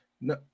No